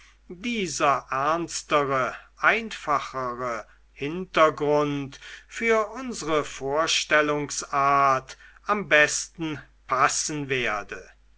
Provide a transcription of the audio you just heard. dieser ernstere einfachere hintergrund für unsre vorstellungsart am besten passen werde